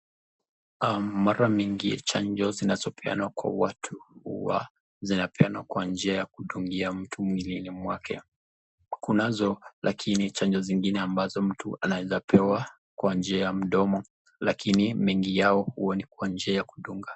Mara mingi chanjo zinazopeanwa kwa watu huwa zinapeanwa kwa njia ya kudungia mtu mwilini mwake kunazo lakini chanjo zingine ambazo mtu anaweza kupewa kwa njia ya mdomo lakini mengi yao huwa ni kwa njia ya kudunga.